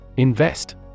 Invest